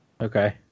Okay